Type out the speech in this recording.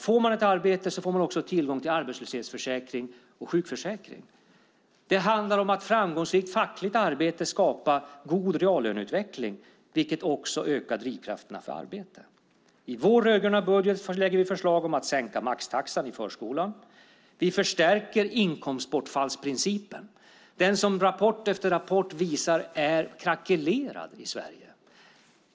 Får man ett arbete får man också tillgång till arbetslöshetsförsäkring och sjukförsäkring. Det handlar om att med framgångsrikt fackligt arbete skapa god reallöneökning, vilket också ökar drivkraften att arbeta. I vår rödgröna budget lägger vi fram förslag om att sänka maxtaxan i förskolan. Vi förstärker inkomstbortfallsprincipen, som rapport efter rapport visar är krackelerad i Sverige.